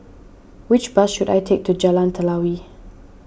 which bus should I take to Jalan Telawi